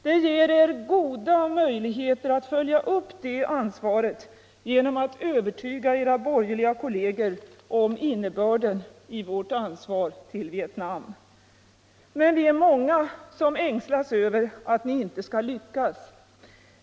Det ger er goda möjligheter att följa upp det ansvaret genom att övertyga era borgerliga kolleger om innebörden av vårt ansvar för Vietnam. Men vi är många som ängslas för att ni inte skall lyckas.